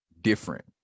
different